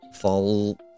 fall